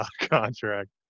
contract